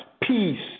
Peace